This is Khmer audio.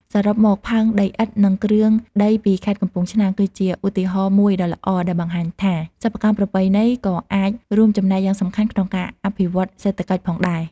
សរុបមក ផើងដីឥដ្ឋ និងគ្រឿងដីពីខេត្តកំពង់ឆ្នាំង គឺជាឧទាហរណ៍មួយដ៏ល្អដែលបង្ហាញថា សិប្បកម្មប្រពៃណីក៏អាចរួមចំណែកយ៉ាងសំខាន់ក្នុងការអភិវឌ្ឍសេដ្ឋកិច្ចផងដែរ។